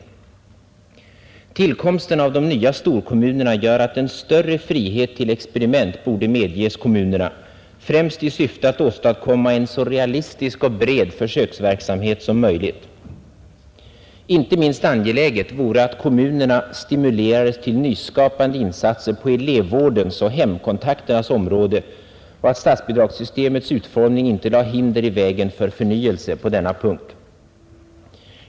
Tillkomsten av de nya storkom munerna gör att en större frihet till experiment borde medges kommunerna, främst i syfte att åstadkomma en så realistisk och bred försöksverksamhet som möjligt. Inte minst angeläget vore att kommunerna stimulerades till nyskapande insatser på elevvårdens och hemkontakternas område och att statsbidragssystemets utformning inte lade hinder i vägen för förnyelse på denna punkt.